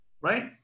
right